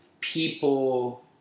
people